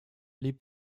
les